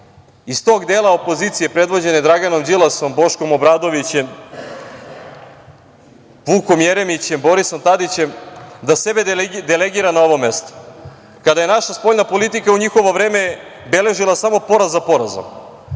iz tog dela opozicije, predvođeni Draganom Đilasom, Boškom Obradovićem, Vukom Jeremićem, Borisom Tadićem, da sebe delegira na ovo mesto? Naša spoljna politika u njihovo vreme je beležila samo poraz za porazom,